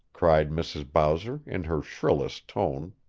cried mrs. bowser in her shrillest tone.